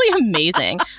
amazing